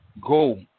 Go